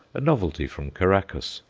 a novelty from caraccas,